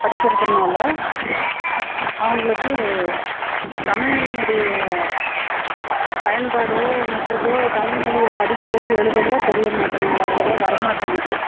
படிக்கிறதுனால அவங்களுக்கு தமிழினுடைய பயன்பாடோ மற்றதோ தமிழ் மொழியை படிக்கவோ எழுதவோ தெரிய மாட்டேங்கிது அவ்வளோவா வர மாட்டேங்கிது